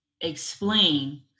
explain